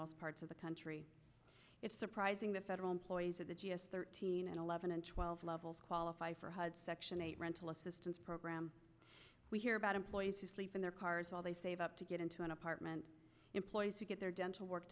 most parts of the country it's surprising the federal employees of the g s thirteen an eleven and twelve level qualify for hud section eight rental assistance program about employees who sleep in their cars while they save up to get into an apartment employee's to get their dental work